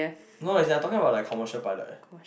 no as in I talking about like commercial pilot